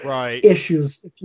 issues